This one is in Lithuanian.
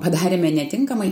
padarėme netinkamai